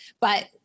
but-